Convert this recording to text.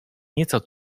nieco